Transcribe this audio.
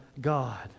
God